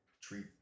treat